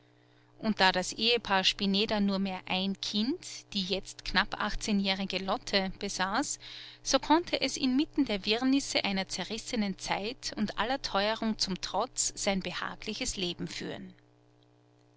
und da das ehepaar spineder nur mehr ein kind die jetzt knapp achtzehnjährige lotte besaß so konnte es inmitten der wirrnisse einer zerrissenen zeit und aller teuerung zum trotz sein behagliches leben führen